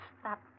stop